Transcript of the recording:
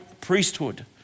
priesthood